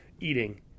eating